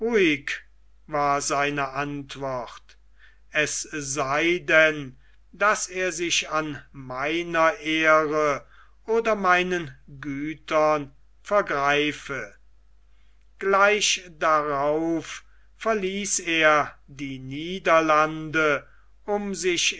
war seine antwort es sei denn daß er sich an meiner ehre oder meinen gütern vergreife gleich darauf verließ er die niederlande um sich